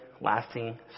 lasting